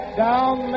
down